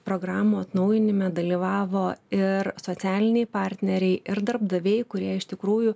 programų atnaujinime dalyvavo ir socialiniai partneriai ir darbdaviai kurie iš tikrųjų